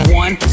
one